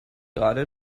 gerade